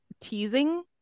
teasing